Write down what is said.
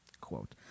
Quote